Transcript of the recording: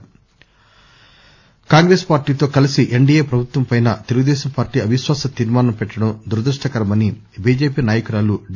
శంకర్ పురందేశ్వరి కాంగ్రెస్ పార్టీతో కలిసి ఎన్డీఏ ప్రభుత్వంపై తెలుగుదేశం పార్టీ అవిశ్వాస తీర్మానం పెట్టడం దురదృష్టకరమని బిజెపి నాయకురాలు డి